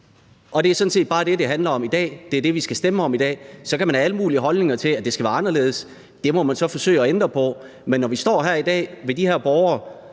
Det er sådan set bare det, det handler om i dag. Det er det, vi skal stemme om i dag. Så kan man have alle mulige holdninger til, at det skal være anderledes. Det må man så forsøge at ændre på. Men når vi står her i dag med de her borgere